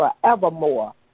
forevermore